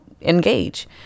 engage